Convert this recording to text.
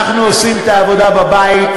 תעשו את העבודה בבית.